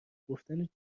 گفتن